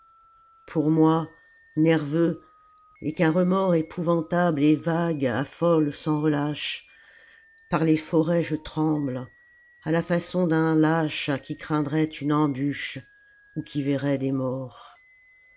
pour moi nerveux et qu'un remords épouvantable et vague affole sans relâche par les forêts je tremble à la façon d'un lâche qui craindrait une embûche ou qui verrait des morts